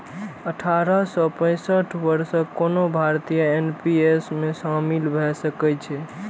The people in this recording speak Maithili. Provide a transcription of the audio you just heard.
अठारह सं पैंसठ वर्षक कोनो भारतीय एन.पी.एस मे शामिल भए सकै छै